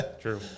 True